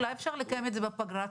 אולי אפשר לקיים את זה בפגרה,